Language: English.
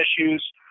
issues